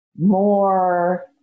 more